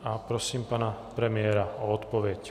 A prosím pana premiéra o odpověď.